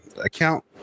account